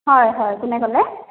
হয় হয় কোনে ক'লে